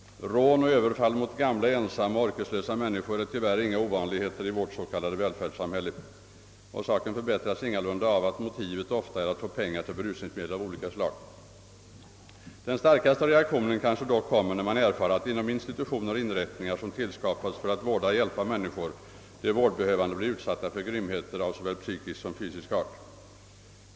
Rån och överfall mot gamla, ensamma och orkeslösa människor är tyvärr inga ovanligheter i vårt s.k. välfärdssamhälle. Saken förbättras ingalunda av att motivet ofta är att få pengar till berusningsmedel av olika slag. Den starkaste reaktionen kanske dock kommer när man erfar att inom institutioner och inrättningar, som skapats för att vårda och hjälpa människor, de vårdbehövande blir utsatta för grymheter av såväl fysisk som psykisk art.